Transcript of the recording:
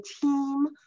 team